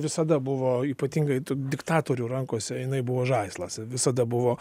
visada buvo ypatingai tų diktatorių rankose jinai buvo žaislas visada buvo